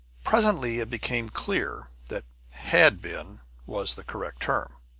presently it became clear that had been was the correct term.